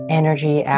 energy